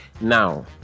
Now